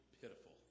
pitiful